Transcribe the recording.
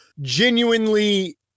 genuinely